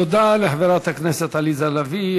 תודה לחברת הכנסת עליזה לביא.